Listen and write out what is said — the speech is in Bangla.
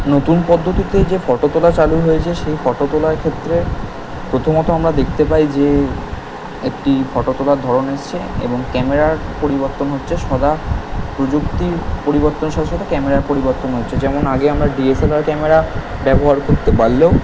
নতুন পদ্ধতিতে যে ফটো তোলা চালু হয়েছে সেই ফটো তোলার ক্ষেত্রে প্রথমত আমরা দেখতে পাই যে একটি ফটো তোলার ধরন এসছে এবং ক্যামেরার পরিবর্তন হচ্ছে সদা প্রযুক্তির পরিবর্তনের সাথে সাথে ক্যামেরার পরিবর্তনও হচ্ছে যেমন আগে আমরা ডিএসএলআর ক্যামেরা ব্যবহার করতে পারলেও